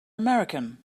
american